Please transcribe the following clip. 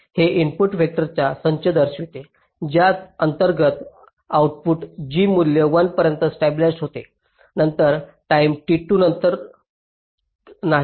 हे इनपुट वेक्टरचा संच दर्शविते ज्या अंतर्गत आउटपुट g मूल्य 1 पर्यंत स्टॅबिलिज्ड होते नंतर टाईम t 2 नंतर नाही